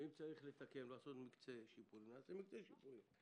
ואם צריך לתקן ולעשות מקצה שיפורים נעשה מקצה שיפורים.